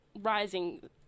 rising